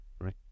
right